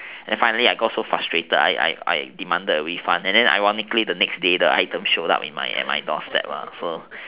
and finally I got so frustrated I I I demanded a refund and ironically the next day the item shown up at my doorstep so